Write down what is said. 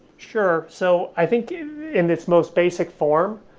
sure. so i think in this most basic form.